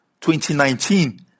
2019